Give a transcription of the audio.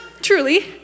truly